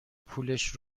پولش